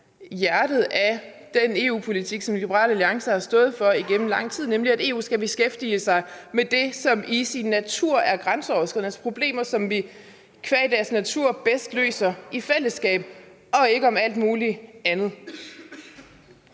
hjertet af den EU-politik, som Liberal Alliance har stået for igennem lang tid, nemlig at EU skal beskæftige sig med det, som i sin natur er grænseoverskridende, altså problemer, som vi qua deres natur bedst løser i fællesskab, og ikke om alt muligt andet.